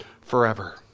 forever